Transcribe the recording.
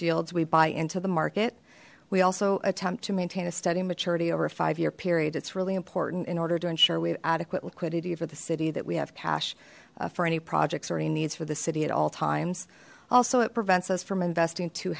yields we buy into the market we also attempt to maintain a study maturity over a five year period it's really important in order to ensure we have adequate liquidity for the city that we have cash for any projects or any needs for the city at all times also it prevents us from investing too